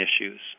issues